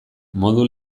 modu